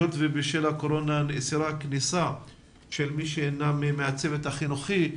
מכיוון שבשל הקורונה נאסרה כניסה של אלו שאינם מהצוות החינוכי,